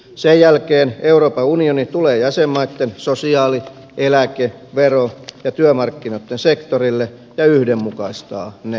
sen jälkeen euroopan unioni tulee jäsenmaitten sosiaali eläke vero ja työmarkkinoitten sektorille ja yhdenmukaistaa ne